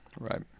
right